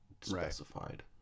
specified